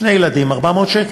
שני ילדים, 400 שקל.